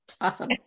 Awesome